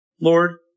Lord